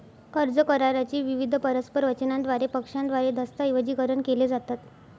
कर्ज करारा चे विविध परस्पर वचनांद्वारे पक्षांद्वारे दस्तऐवजीकरण केले जातात